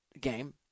game